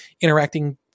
interacting